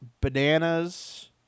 Bananas